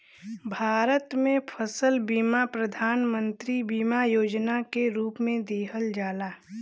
भारत में फसल बीमा प्रधान मंत्री बीमा योजना के रूप में दिहल जाला